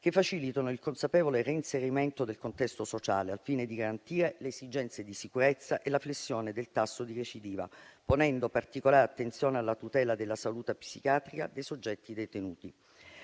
che facilitano il consapevole reinserimento nel contesto sociale, al fine di garantire le esigenze di sicurezza e la flessione del tasso di recidiva, ponendo particolare attenzione alla tutela della salute psichiatrica dei soggetti detenuti.